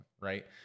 right